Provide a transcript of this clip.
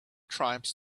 tribes